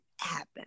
happen